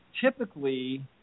typically